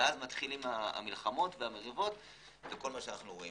ואז מתחילות המלחמות והמריבות וכל מה שאנו רואים.